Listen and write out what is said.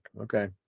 Okay